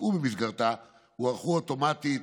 במסגרתה הוארכו אוטומטית